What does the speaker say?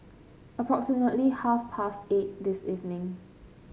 approximately half past eight this evening